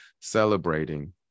celebrating